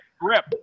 Grip